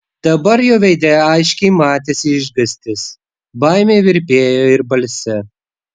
dabar jo veide aiškiai matėsi išgąstis baimė virpėjo ir balse